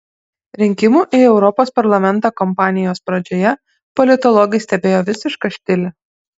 rinkimų į europos parlamentą kampanijos pradžioje politologai stebėjo visišką štilį